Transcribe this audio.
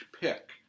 pick